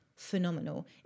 Phenomenal